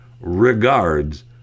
regards